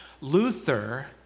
Luther